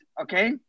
okay